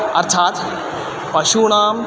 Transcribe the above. अर्थात् पशूनाम्